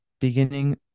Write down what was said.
beginning